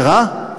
זה רע?